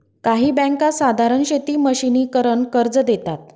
काही बँका साधारण शेती मशिनीकरन कर्ज देतात